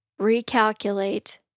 recalculate